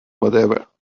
whatever